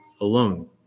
alone